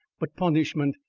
but punishment,